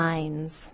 Lines